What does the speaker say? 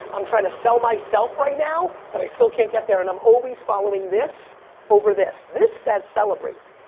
i'm trying to sell myself right now but i still can't get there and i'm always following this over this. this says celebrate.